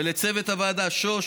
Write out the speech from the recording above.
ולצוות הוועדה שוש,